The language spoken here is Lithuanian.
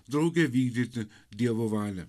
drauge vykdyti dievo valią